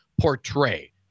portray